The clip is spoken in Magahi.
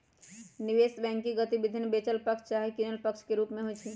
निवेश बैंकिंग गतिविधि बेचल पक्ष चाहे किनल पक्ष के रूप में होइ छइ